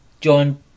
John